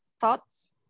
thoughts